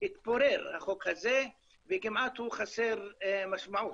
החוק הזה התפורר וכמעט הוא חסר משמעות.